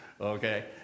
okay